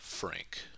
Frank